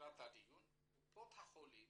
"קופות החולים